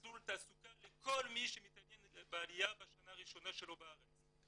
מסלול תעסוקה לכל מי שמתעניין בעליה בשנה הראשונה שלו בארץ.